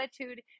attitude